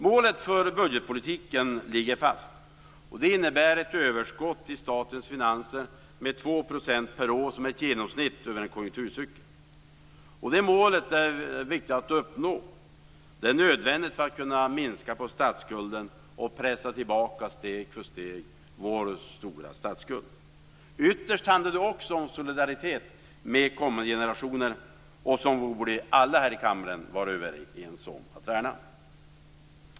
Målet för budgetpolitiken ligger fast, och det innebär ett överskott i statens finanser med 2 % per år som ett genomsnitt över en konjunkturcykel. Det målet är viktigt att uppnå. Det är nödvändigt för att kunna minska och steg för steg pressa tillbaka vår stora statsskuld. Ytterst handlar det också om solidaritet med kommande generationer. Dem borde alla här i kammaren vara överens om att vi skall värna.